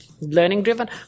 learning-driven